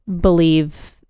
believe